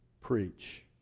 preach